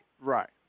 right